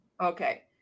Okay